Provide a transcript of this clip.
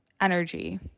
energy